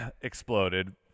exploded